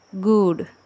Good